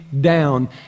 down